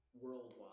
worldwide